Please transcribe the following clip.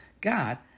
God